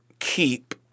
keep